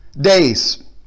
days